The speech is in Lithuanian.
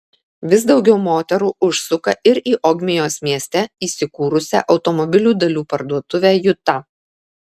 vis daugiau moterų užsuka ir į ogmios mieste įsikūrusią automobilių dalių parduotuvę juta